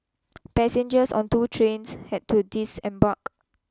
passengers on two trains had to disembark